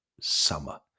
summer